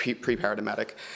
pre-paradigmatic